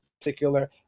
particular